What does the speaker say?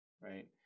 right